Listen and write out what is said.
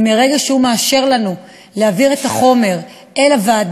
ומרגע שהוא מאשר לנו להעביר את החומר לוועדה,